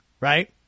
right